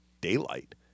daylight